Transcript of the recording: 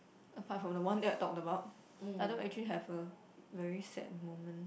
apart from the one that I talked about I don't actually have a very sad moment